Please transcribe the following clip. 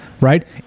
right